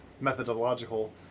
methodological